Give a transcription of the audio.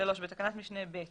בתקנת משנה (ב)